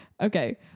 okay